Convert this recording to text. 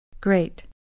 Great